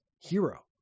hero